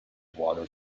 water